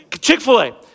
Chick-fil-A